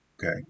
Okay